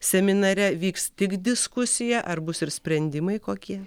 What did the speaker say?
seminare vyks tik diskusija ar bus ir sprendimai kokie